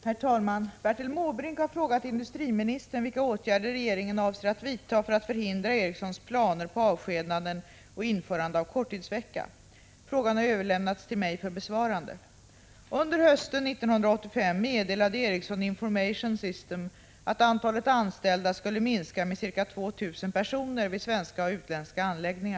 Herr talman! Bertil Måbrink har frågat industriministern vilka åtgärder regeringen avser att vidta för att förhindra Ericssons planer på avskedande och införande av korttidsvecka. Frågan har överlämnats till mig för besvarande.